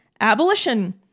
abolition